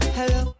hello